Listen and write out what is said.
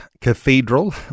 cathedral